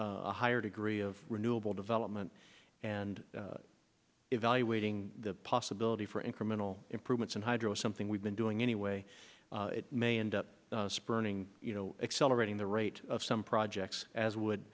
indicated a higher degree of renewable development and evaluating the possibility for incremental improvements in hydro something we've been doing anyway it may end up spurning you know accelerating the rate of some projects as would